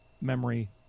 memory